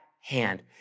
hand